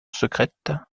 secrète